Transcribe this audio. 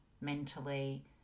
mentally